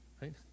right